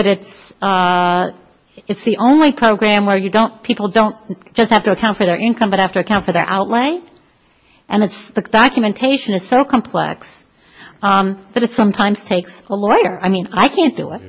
that it's it's the only program where you don't people don't just have to account for their income but after account for their outlay and it's the documentation is so complex that it sometimes takes a lawyer i mean i can't do it